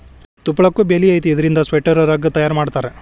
ತುಪ್ಪಳಕ್ಕು ಬೆಲಿ ಐತಿ ಇದರಿಂದ ಸ್ವೆಟರ್, ರಗ್ಗ ತಯಾರ ಮಾಡತಾರ